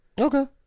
okay